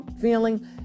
Feeling